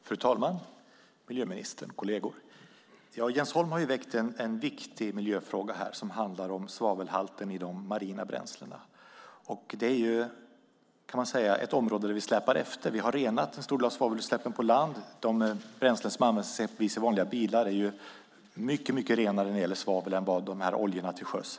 Fru talman, miljöministern, kolleger! Jens Holm har väckt en viktig miljöfråga som handlar om svavelhalten i de marina bränslena. Det är, kan man säga, ett område där vi släpar efter. Vi har renat en stor del av svavelutsläppen på land. De bränslen som används i exempelvis vanliga bilar är mycket renare när det gäller svavel än oljorna till sjöss.